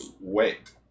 Wait